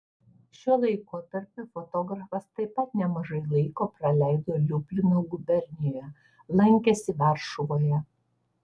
šiuo laikotarpiu fotografas taip pat nemažai laiko praleido liublino gubernijoje lankėsi varšuvoje